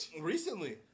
recently